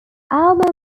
alba